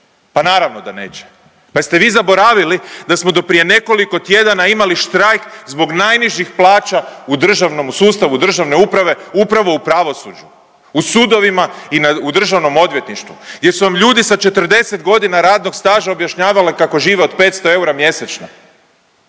Pa naravno da neće, pa jeste vi zaboravili da smo do prije nekoliko tjedana imali štrajk zbog najnižih plaća u državnom, u sustavu državne uprave upravo u pravosuđu u sudovima i u državnom odvjetništvu gdje su vam ljudi sa 40 godina radnog staža objašnjavale kako žive od 500 eura mjesečno.